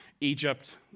Egypt